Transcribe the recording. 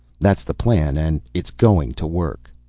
that's the plan and it's going to work.